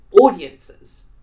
audiences